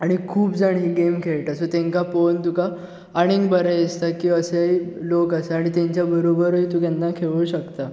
आनी खूब जाण ही गेम खेळटा सो तेंकां पोवन तुका आनीक बरें दिसता की अशेंय लोक आसात आनी तेंच्या बरोबरूय तूं केन्ना खेळूंक शकता